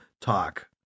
talk